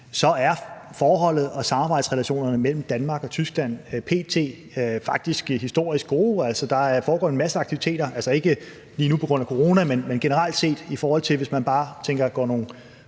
så er forholdet og samarbejdsrelationerne mellem Danmark og Tyskland p.t. faktisk historisk gode. Altså, der foregår en masse aktiviteter, ikke lige nu på grund af corona, men generelt set, i forhold til hvis man bare går noget